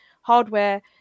hardware